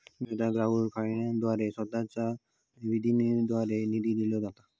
बेलिंगकॅटाक क्राउड फंडिंगद्वारा स्वतःच्या विधानाद्वारे निधी दिलो जाता